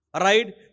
right